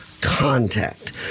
contact